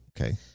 Okay